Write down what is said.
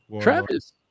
Travis